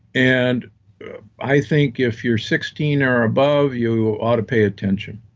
and i think if you're sixteen or above, you ought to pay attention.